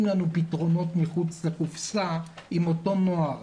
לנו פתרונות מחוץ לקופסה עם אותו נוער.